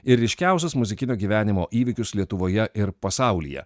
ir ryškiausius muzikinio gyvenimo įvykius lietuvoje ir pasaulyje